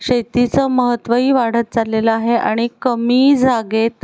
शेतीचं महत्त्वही वाढत चाललेलं आहे आणि कमी जागेत